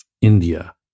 India